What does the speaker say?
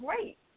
great